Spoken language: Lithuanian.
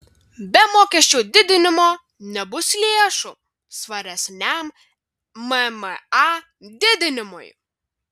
be mokesčių didinimo nebus lėšų svaresniam mma didinimui